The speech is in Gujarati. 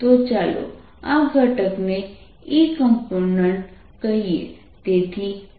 તો ચાલો આ ઘટકને Ecomp કહીએ